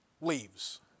leaves